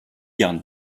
garni